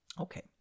okay